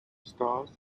stars